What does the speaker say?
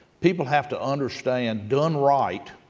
people have to understand, done right,